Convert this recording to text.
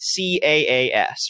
CAAS